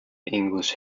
english